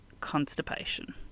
constipation